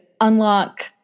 unlock